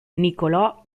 nicolò